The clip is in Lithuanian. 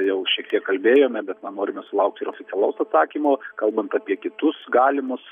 jau šiek tiek kalbėjome bet na norime sulaukti ir oficialaus atsakymo kalbant apie kitus galimus